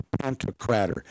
Pantocrator